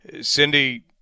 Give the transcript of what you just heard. Cindy